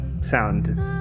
sound